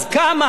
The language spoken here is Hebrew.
כמה?